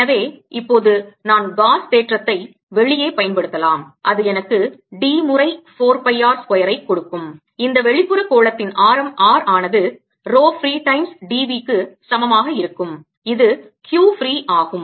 எனவே இப்போது நான் காஸ் தேற்றத்தை வெளியே பயன்படுத்தலாம் அது எனக்கு D முறை 4 பை ஆர் ஸ்கொயர் ஐ கொடுக்கும் இந்த வெளிப்புற கோளத்தின் ஆரம் r ஆனது rho free times d v க்கு சமமாக இருக்கும் இது Q ஃப்ரீ ஆகும்